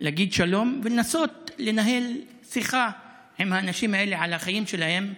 להגיד שלום ולנסות לנהל שיחה עם האנשים האלה על החיים שלהם.